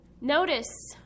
Notice